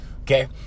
okay